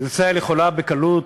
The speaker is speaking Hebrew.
מדינת ישראל יכולה בקלות,